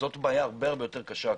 זו בעיה הרבה יותר קשה,